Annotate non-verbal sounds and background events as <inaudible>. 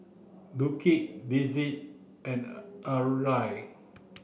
Duke Dessie and <unintelligible>